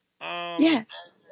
Yes